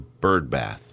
birdbath